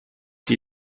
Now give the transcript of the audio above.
die